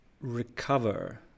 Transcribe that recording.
recover